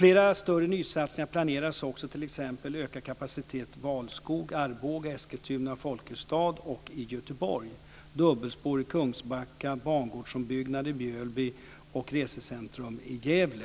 Flera större nysatsningar planeras också, t.ex. att öka kapaciteten Valskog-Arboga, Eskilstuna-Folkestad och i Göteborg, dubbelspår i Kungsbacka, bangårdsombyggnad i Mjölby och resecentrum i Gävle.